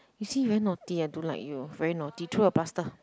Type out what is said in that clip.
you see you very naughty I don't like you very naughty throw your plaster